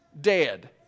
dead